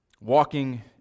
Walking